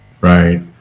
Right